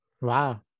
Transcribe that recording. Wow